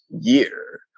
year